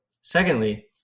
Secondly